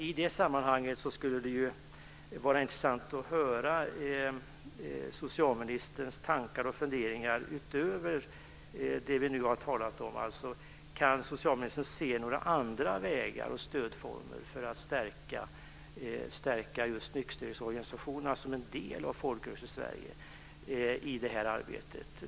I det sammanhanget skulle det vara intressant att höra socialministerns tankar och funderingar, utöver de vi nu har talat om. Kan socialministern se några andra vägar och stödformer för att stärka just nykterhetsorganisationerna som en del av Folkrörelsesverige i det här arbetet?